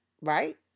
Right